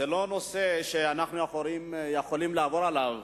זה לא נושא שאנחנו יכולים לעבור עליו